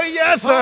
yes